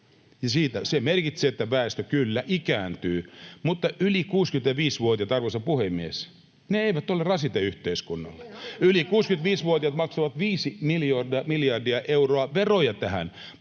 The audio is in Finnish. Se merkitsee, että väestö kyllä ikääntyy, mutta yli 65-vuotiaat, arvoisa puhemies, eivät ole rasite yhteiskunnalle. [Mika Niikko: Miten hallitus parantaa heidän